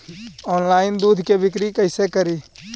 Online दुध के बिक्री कैसे करि?